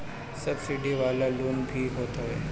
subsidy वाला loan भी होत हवे